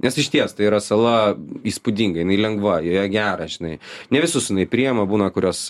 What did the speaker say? nes išties tai yra sala įspūdinga jinai lengva joje gera žinai ne visus jinai priema būna kurios